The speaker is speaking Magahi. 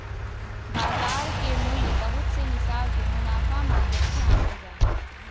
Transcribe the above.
बाजार मूल्य के बहुत से हिसाब के मुनाफा माध्यम से आंकल जा हय